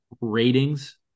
ratings